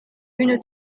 une